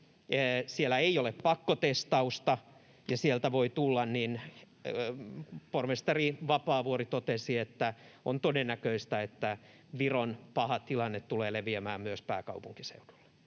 siellä ei ole pakkotestausta ja sieltä voi tulla, niin pormestari Vapaavuori totesi, että on todennäköistä, että Viron paha tilanne tulee leviämään myös pääkaupunkiseudulle.